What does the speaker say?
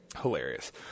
Hilarious